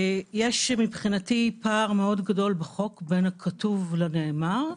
יש מבחינתי פער בחוק בין הכתוב לנאמר,